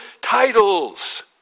titles